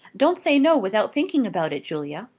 don't say no without thinking about it, julia.